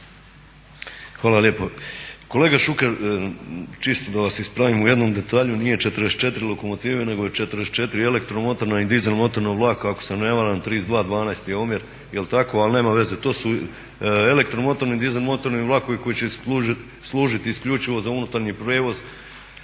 Hvala lijepo. Kolega Šuker, čisto da vas ispravim u jednom detalju, nije 44 lokomotive nego je 44 elektromotorna i dizelmotorna vlaka, ako se varam 32:12 je omjer, jel tako, ali nema veze. To su elektromotorni, dizelmotorni vlakovi koji će služit isključivo za unutarnji prijevoz